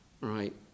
Right